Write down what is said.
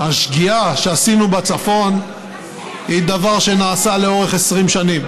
השגיאה שעשינו בצפון היא דבר שנעשה לאורך 20 שנים.